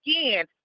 again